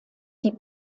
die